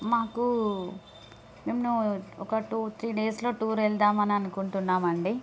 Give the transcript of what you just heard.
మాకు మేము ఒక టూ త్రీ డేస్లో టూర్ వెళ్దాం అని అనుకుంటున్నాం అండి